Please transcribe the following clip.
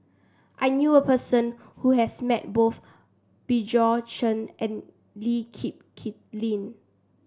I knew a person who has met both Bjorn Shen and Lee Kip Kip Lin